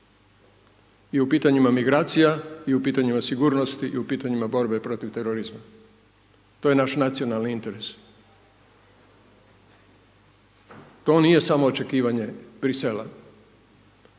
i u pitanjima migracija, i u pitanjima sigurnosti, i u pitanjima borbe protiv terorizma. To je naš nacionalni interes. To nije samo očekivanje Bruxellesa.